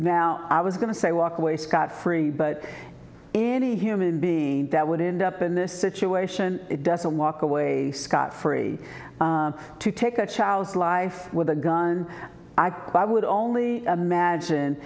now i was going to say walk away scot free but any human being that would end up in this situation doesn't walk away scot free to take a child's life with a gun i would only imagine